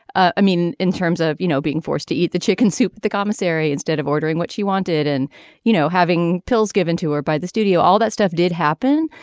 ah i mean in terms of you know being forced to eat the chicken soup at the commissary instead of ordering what she wanted and you know having pills given to her by the studio all that stuff did happen.